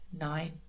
nine